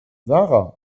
sarah